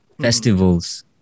festivals